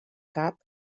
cap